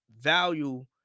value